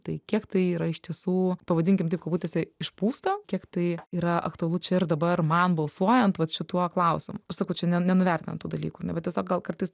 tai kiek tai yra iš tiesų pavadinkim taip kabutėse išpūsta kiek tai yra aktualu čia ir dabar man balsuojant vat šituo klausimu aš sakau čia ne nenuvertinant tų dalykų na bet tiesiog gal kartais